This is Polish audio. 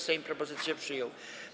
Sejm propozycję przyjął.